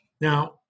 Now